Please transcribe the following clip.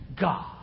God